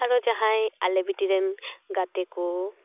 ᱟᱨᱚ ᱡᱟᱦᱟᱸᱭ ᱟᱞᱮ ᱵᱤᱴᱤᱨᱮᱱ ᱜᱟᱛᱮ ᱠᱚ